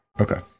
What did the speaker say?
Okay